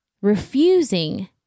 refusing